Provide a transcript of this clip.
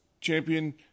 champion